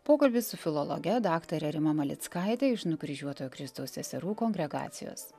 pokalbis su filologe daktare rima malickaite iš nukryžiuotojo kristaus seserų kongregacijos